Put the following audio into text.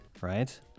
right